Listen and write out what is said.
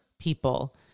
people